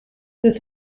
this